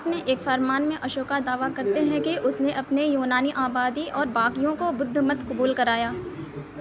اپنے ایک فرمان میں اشوکا دعویٰ کرتے ہیں کہ اس نے اپنی یونانی آبادی اور باقیوں کو بدھ مت قبول کرایا